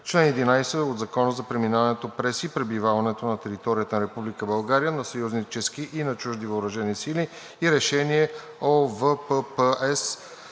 чл. 11 от Закона за преминаването през и пребиваването на територията на Република България на съюзнически и на чужди въоръжени сили и Решение (ОВППС)